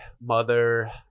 mother